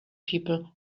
people